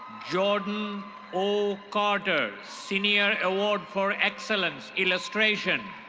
jordan o quarters, senior award for excellence illustration.